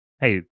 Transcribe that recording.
hey